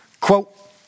Quote